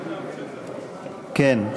כן.